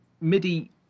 MIDI